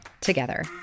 together